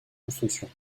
construction